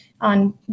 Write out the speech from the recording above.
on